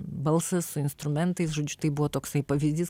balsas su instrumentais žodžiu tai buvo toksai pavyzdys